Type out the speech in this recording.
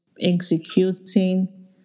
executing